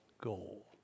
goal